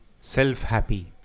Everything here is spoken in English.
self-happy